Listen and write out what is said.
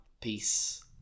Peace